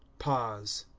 pause.